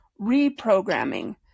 reprogramming